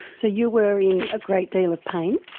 so you were in a great deal of pain?